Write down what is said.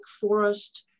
forest